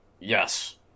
Yes